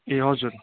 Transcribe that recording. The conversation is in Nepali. ए हजुर